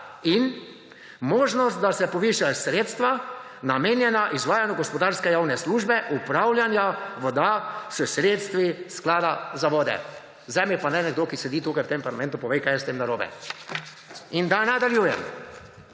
in možnost, da se povišajo sredstva, namenjena izvajanju gospodarske javne službe upravljanja voda s sredstvi Sklada za vode. Zdaj mi pa naj nekdo, ki sedi v tem parlamentu, pove, kaj je s tem narobe. In da nadaljujem,